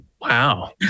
Wow